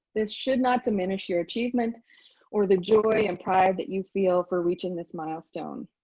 this should not diminish your achievement or the joy and pride that you feel for reaching this milestone.